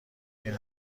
این